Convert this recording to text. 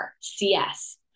CS